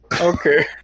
Okay